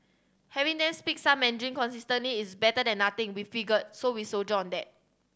having them speak some Mandarin consistently is better than nothing we figure so we soldier on that